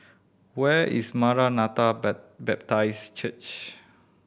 where is Maranatha Baptist Church